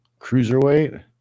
cruiserweight